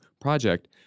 project